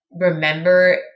remember